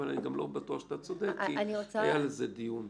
אבל אני גם לא בטוח שאתה צודק כי היה על זה דיון.